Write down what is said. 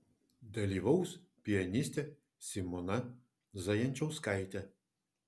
dalyvaus pianistė simona zajančauskaitė